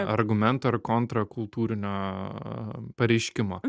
argumentų ir kontra kultūrinio pareiškimo